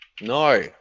No